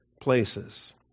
places